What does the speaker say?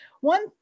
One